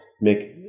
make